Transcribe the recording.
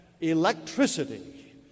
electricity